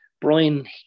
Brian